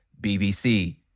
BBC